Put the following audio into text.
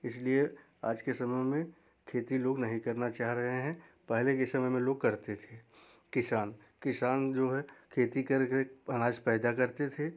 इसलिए आज के समय में खेती लोग नहीं करना चाह रहे हैं पहले के समय में लोग करते थे किसान किसान जो है खेती कर कर अनाज पैदा करते थे